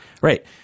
Right